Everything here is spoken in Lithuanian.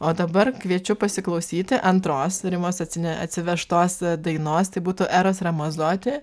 o dabar kviečiu pasiklausyti antros rimos atsine atsivežtos dainos tai būtų eros ramazoti